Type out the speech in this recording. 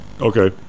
Okay